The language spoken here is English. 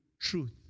Truth